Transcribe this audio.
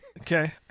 Okay